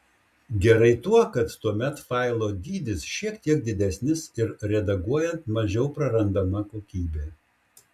gerai tuo kad tuomet failo dydis šiek tiek didesnis ir redaguojant mažiau prarandama kokybė